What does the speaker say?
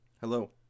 Hello